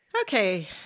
Okay